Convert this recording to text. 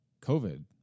COVID